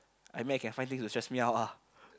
I mean I can find things to stress me out lah